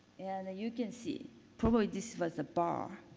and you can see probably this was a bar,